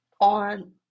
on